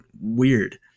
weird